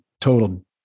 total